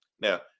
Now